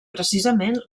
precisament